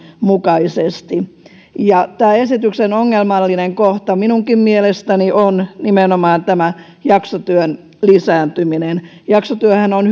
mukaisesti ja tämän esityksen ongelmallinen kohta minunkin mielestäni on nimenomaan jaksotyön lisääntyminen jaksotyöhän on